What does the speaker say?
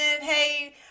Hey